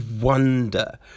wonder